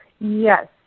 Yes